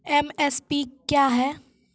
MSP क्या है?